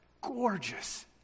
gorgeous